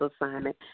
assignment